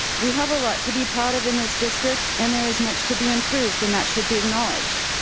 we have a lot to be proud of in this district and there is much to be improved and that should be acknowledged.